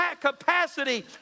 capacity